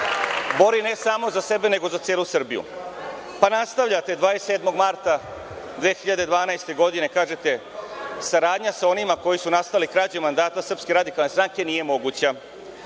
bori, ne samo za sebe, nego za celu Srbiju. Pa nastavljate 27. marta 2012. godine, kažete – saradnja sa onima koji su nastali krađom mandata SRS nije moguća.